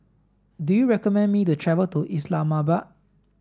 do you recommend me to travel to Islamabad